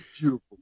beautiful